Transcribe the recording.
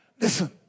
Listen